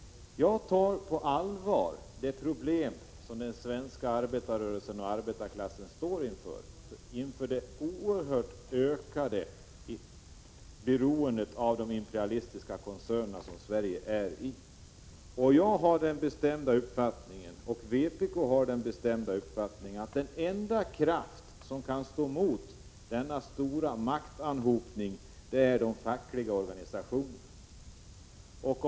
Jag tar på allvar det problem som den svenska arbetarrörelsen och arbetarklassen står inför i och med den oerhörda ökningen av Sveriges beroende av de imperialistiska koncernerna. Jag och vpk har den bestämda uppfattningen att den enda kraft som kan stå emot denna stora maktanhopning är de fackliga organisationerna.